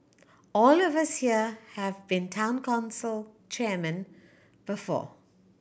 all of us here have been Town Council chairmen before